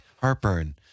Heartburn